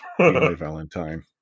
Valentine